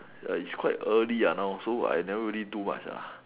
err is quite early ah now so I never really do much ah